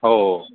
हो